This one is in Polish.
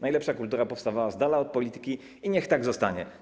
Najlepsza kultura powstawała z dala od polityki i niech tak zostanie.